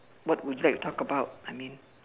what would you like to talk about I mean